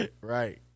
right